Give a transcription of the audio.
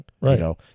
right